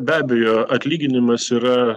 be abejo atlyginimas yra